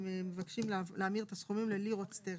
הם מבקשים להמיר את הסכומים ללירות סטרלינג.